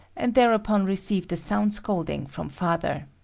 and thereupon received a sound scolding from father.